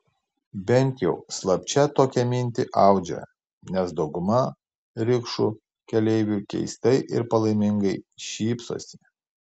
bent jau slapčia tokią mintį audžia nes dauguma rikšų keleivių keistai ir palaimingai šypsosi